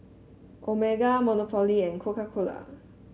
Omega Monopoly and Coca Cola